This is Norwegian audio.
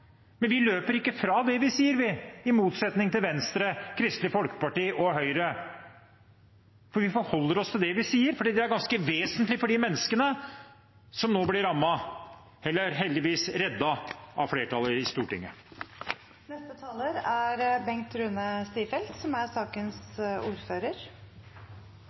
Men vi løper ikke fra det vi sier, i motsetning til Venstre, Kristelig Folkeparti og Høyre. Vi forholder oss til det vi sier, for det er ganske vesentlig for de menneskene som nå blir rammet – eller heldigvis reddet av flertallet i Stortinget. Representanten fra Venstre er